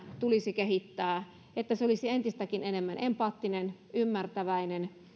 tulisi kehittää että se olisi entistäkin enemmän empaattinen ymmärtäväinen